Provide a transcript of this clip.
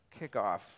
kickoff